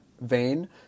vein